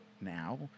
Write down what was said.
now